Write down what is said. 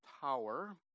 tower